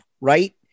right